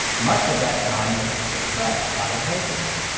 much of that time, it was suppressed by the papacy.